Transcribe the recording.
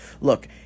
Look